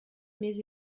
mes